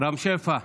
רם שפע.